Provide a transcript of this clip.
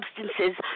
substances